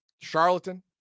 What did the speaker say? charlatan